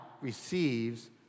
receives